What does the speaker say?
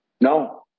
No